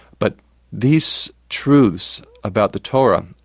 but these truths about the torah,